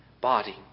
body